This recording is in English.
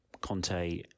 Conte